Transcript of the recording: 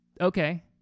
Okay